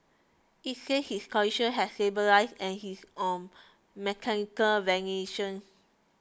it says his condition has stabilised and he is on mechanical ventilation